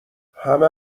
همه